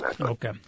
Okay